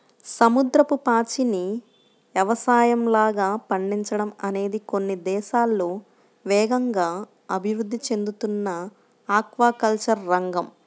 సముద్రపు పాచిని యవసాయంలాగా పండించడం అనేది కొన్ని దేశాల్లో వేగంగా అభివృద్ధి చెందుతున్న ఆక్వాకల్చర్ రంగం